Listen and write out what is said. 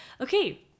Okay